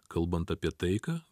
kalbant apie taiką